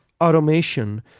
Automation